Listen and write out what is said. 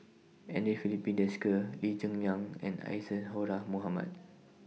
Andre Filipe Desker Lee Cheng Yan and Isadhora Mohamed